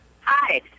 Hi